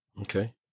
Okay